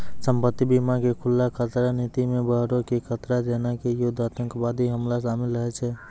संपत्ति बीमा के खुल्ला खतरा नीति मे बाहरो के खतरा जेना कि युद्ध आतंकबादी हमला शामिल रहै छै